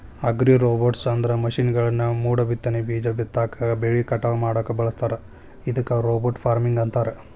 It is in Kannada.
ಅಗ್ರಿರೋಬೊಟ್ಸ್ಅಂದ್ರ ಮಷೇನ್ಗಳನ್ನ ಮೋಡಬಿತ್ತನೆ, ಬೇಜ ಬಿತ್ತಾಕ, ಬೆಳಿ ಕಟಾವ್ ಮಾಡಾಕ ಬಳಸ್ತಾರ ಇದಕ್ಕ ರೋಬೋಟ್ ಫಾರ್ಮಿಂಗ್ ಅಂತಾರ